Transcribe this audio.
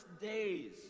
days